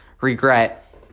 Regret